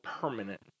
permanent